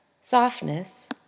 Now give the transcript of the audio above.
softness